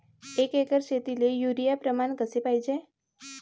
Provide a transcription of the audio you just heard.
एक एकर शेतीले युरिया प्रमान कसे पाहिजे?